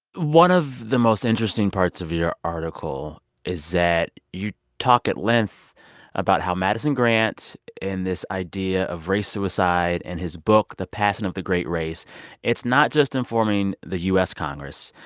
one of the most interesting parts of your article is that you talk at length about how madison grant and this idea of race suicide in and his book, the passing of the great race it's not just informing the u s. congress,